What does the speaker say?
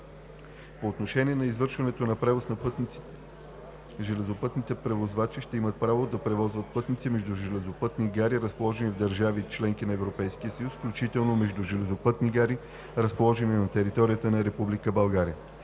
По отношение извършването на превоз на пътници железопътните превозвачи ще имат право да превозват пътници между железопътни гари, разположени в държави – членки на Европейския съюз, включително между железопътни гари, разположени на територията на Република България.